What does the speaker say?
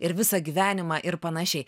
ir visą gyvenimą ir panašiai